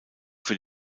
für